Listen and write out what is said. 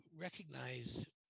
recognize